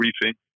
briefing